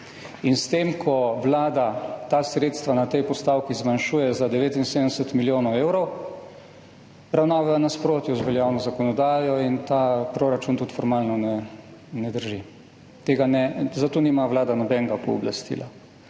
S tem, ko Vlada ta sredstva na tej postavki zmanjšuje za 79 milijonov evrov, ravna v nasprotju z veljavno zakonodajo in ta proračun tudi formalno ne drži. Za to nima Vlada nobenega pooblastila.